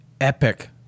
epic